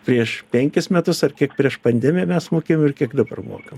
prieš penkis metus ar kiek prieš pandemiją mes mokėjom ir kiek dabar mokam